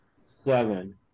seven